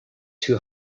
too